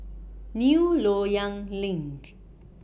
New Loyang LINK